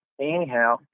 Anyhow